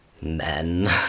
men